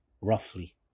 roughly